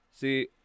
See